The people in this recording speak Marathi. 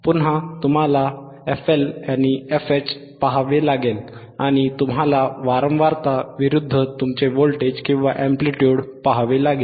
पुन्हा तुम्हाला FL आणि FH पहावे लागेल आणि तुम्हाला वारंवारता विरुद्ध तुमचे व्होल्टेज किंवा amplitude Frequency vs Voltage or Amplitude पहावे लागेल